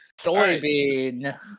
Soybean